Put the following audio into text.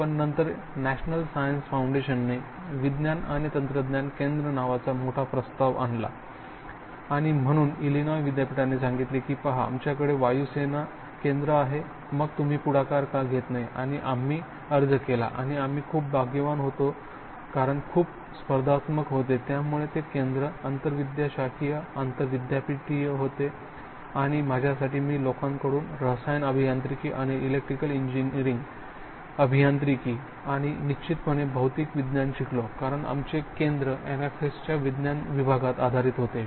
पण नंतर national science फाऊंडेशनने विज्ञान आणि तंत्रज्ञान केंद्र नावाचा मोठा प्रस्ताव आणला आणि म्हणून इलिनॉय विद्यापीठाने सांगितले की पहा आमच्याकडे वायुसेना केंद्र आहे मग तुम्ही पुढाकार का घेत नाही आणि आम्ही अर्ज केला आणि आम्ही खूप भाग्यवान होतो कारण खूप स्पर्धात्मक होते त्यामुळे ते केंद्र आंतरविद्याशाखीय आंतर विद्यापीठ होते आणि माझ्यासाठी मी लोकांकडून रसायन अभियांत्रिकी आणि इलेक्ट्रिकल अभियांत्रिकी आणि निश्चितपणे भौतिक विज्ञान शिकलो कारण आमचे केंद्र NSF च्या विज्ञान विभागात आधारित होते